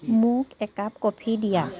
মোক একাপ কফি দিয়া